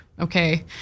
okay